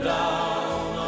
down